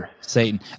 Satan